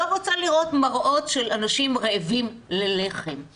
לא רוצה לראות מראות של אנשים רעבים ללחם.